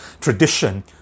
tradition